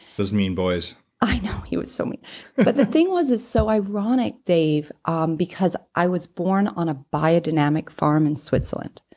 those mean boys i know. he was so mean. but the thing was it's so ironic dave um because i was born on a biodynamic farm in switzerland.